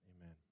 Amen